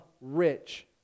rich